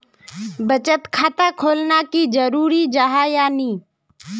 बचत खाता खोलना की जरूरी जाहा या नी?